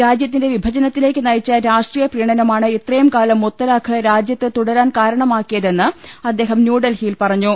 രാജ്യത്തിന്റെ വിഭജനത്തിലേക്ക് നയിച്ച രാഷ്ട്രീയ പ്രീണനമാണ് ഇത്ര യുംകാലം മുത്തലാഖ് രാജ്യത്ത് തുടരാൻ കാരണമാക്കിയതെന്ന് അദ്ദേഹം ന്യൂഡൽഹിയിൽ പറഞ്ഞു